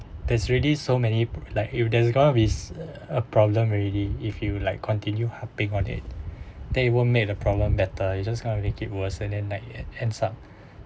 that's already so many like if there's going to be a problem already if you like continue helping on it then it won't make a problem better you just kind of make it worse and then like and ends up